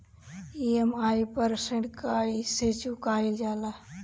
EMI पर ऋण कईसे चुकाईल जाला?